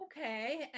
Okay